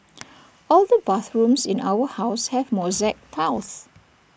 all the bathrooms in our house have mosaic tiles